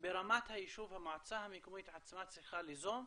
שברמת היישוב, המועצה המקומית עצמה צריכה ליזום,